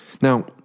Now